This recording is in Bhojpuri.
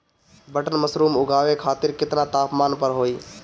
बटन मशरूम उगावे खातिर केतना तापमान पर होई?